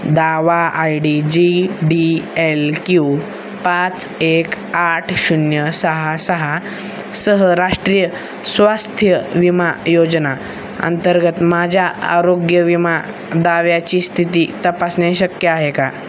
दावा I D G D L Q पाच एक आठ शून्य सहा सहा सह राष्ट्रीय स्वास्थ्य विमा योजना अंतर्गत माझ्या आरोग्य विमा दाव्याची स्थिती तपासणे शक्य आहे का